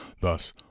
Thus